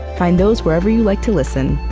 find those wherever you like to listen,